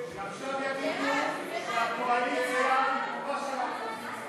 להעביר לוועדה את הצעת חוק לשמירה על בטיחות מעליות,